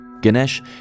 Ganesh